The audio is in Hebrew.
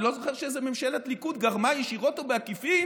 אני לא זוכר שאיזו ממשלת ליכוד גרמה ישירות או בעקיפין